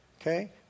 okay